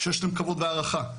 שיש להם כבוד והערכה.